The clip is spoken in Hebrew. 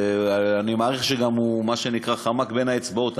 אני מעריך שהוא גם חמק בין האצבעות.